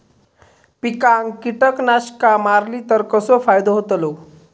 पिकांक कीटकनाशका मारली तर कसो फायदो होतलो?